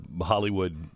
Hollywood